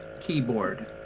keyboard